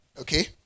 okay